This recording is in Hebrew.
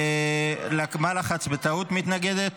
מה לחצת בטעות, מתנגדת?